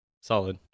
Solid